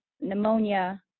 pneumonia